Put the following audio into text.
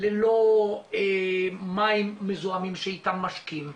ללא מים מזוהמים שאיתם משקים,